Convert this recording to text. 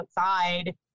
outside